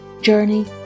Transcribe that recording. Journey